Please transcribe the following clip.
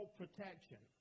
protection